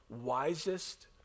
wisest